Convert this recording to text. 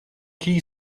key